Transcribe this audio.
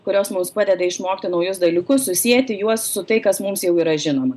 kurios mums padeda išmokti naujus dalykus susieti juos su tai kas mums jau yra žinoma